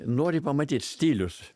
nori pamatyt stilius